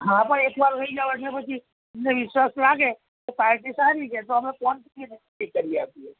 હા પણ એકવાર લઇ જાવ એટલે પછી અમને વિશ્વાસ લાગે કે પાર્ટી સારી છે તો પછી અમે ફોનથી પણ નક્કી કરી આપીએ